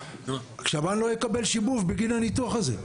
שב"ן לא יקבל שיבוב בגין הניתוח הזה.